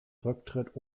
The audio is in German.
rücktritt